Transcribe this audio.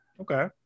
Okay